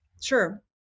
Sure